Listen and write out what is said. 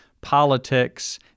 politics